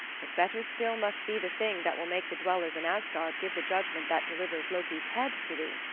but better still must be the thing that will make the dwellers in asgard give the judgment that delivers loki's head to thee.